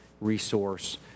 resource